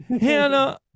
Hannah